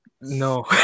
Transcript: No